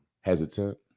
hesitant